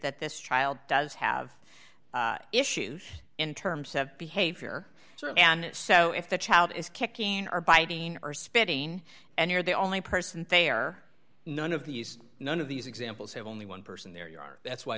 that this child does have issues in terms of behavior and so if the child is kicking are biting or spitting and you're the only person there none of these none of these examples have only one person there you are that's why